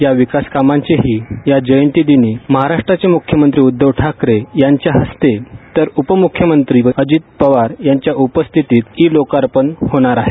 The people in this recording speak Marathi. या विकास कामांचेही या जयंती दिनी महाराष्ट्रचे म्ख्यमंत्री उद्धव ठाकरे यांच्या हस्ते तर उपम्ख्यमंत्री अजित पवार यांच्या उपस्थितीत ई लोकार्पण होणार आहे